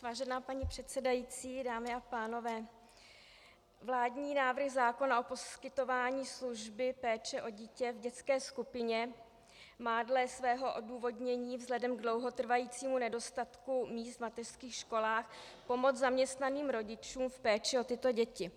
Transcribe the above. Vážená paní předsedající, dámy a pánové, vládní návrh zákona o poskytování služby péče o dítě v dětské skupině má dle svého odůvodnění vzhledem k dlouhotrvajícímu nedostatku míst v mateřských školách pomoci zaměstnaným rodičům v péči o tyto děti.